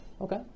Okay